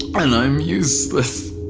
um i'm useless.